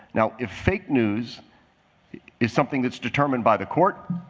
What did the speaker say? now if fake news is something that's determined by the court,